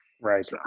Right